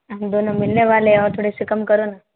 हम दोनों मिलने वाले है और थोड़े से कम करो ना